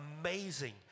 Amazing